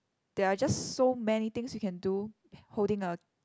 there are just so many things you can do holding a